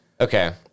Okay